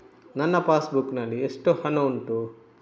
ನನ್ನ passbook ನಲ್ಲಿ ಎಷ್ಟು ಹಣ ಉಂಟು?